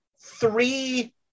three